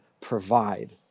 provide